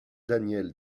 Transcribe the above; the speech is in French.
daniel